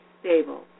stable